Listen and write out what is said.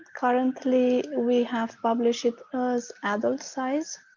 currently we have published it as adult size.